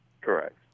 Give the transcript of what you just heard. Correct